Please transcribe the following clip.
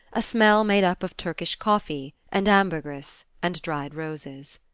a smell made up of turkish coffee and ambergris and dried roses.